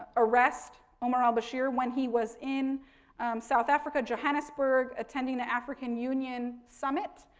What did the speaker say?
arrest omar al-bashir when he was in south africa, johannesburg, attending the african union summit.